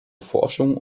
forschung